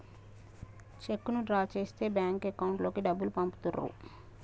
చెక్కును డ్రా చేస్తే bank account లోకి డబ్బులు పంపుతుర్రు